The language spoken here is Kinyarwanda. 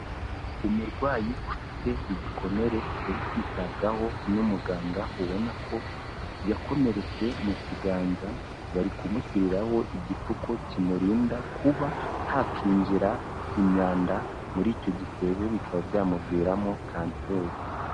Umurwayi ufite igikomere, uri kwitabwaho n'umuganga, ubona ko yakomeretse mu kiganza, bari kumushyiriraho igipfuko kimurinda kuba hakinjira imyanda muri icyo gisebe bikaba byamuviramo kanseri.